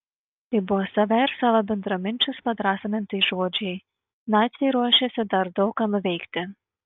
tai buvo save ir savo bendraminčius padrąsinantys žodžiai naciai ruošėsi dar daug ką nuveikti